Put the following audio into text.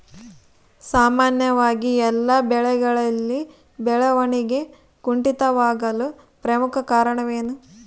ಸಾಮಾನ್ಯವಾಗಿ ಎಲ್ಲ ಬೆಳೆಗಳಲ್ಲಿ ಬೆಳವಣಿಗೆ ಕುಂಠಿತವಾಗಲು ಪ್ರಮುಖ ಕಾರಣವೇನು?